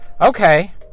Okay